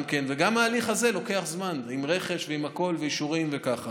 גם ההליך הזה לוקח זמן, עם רכש, אישורים והכול.